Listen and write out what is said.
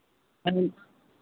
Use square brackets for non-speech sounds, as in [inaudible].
[unintelligible]